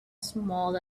small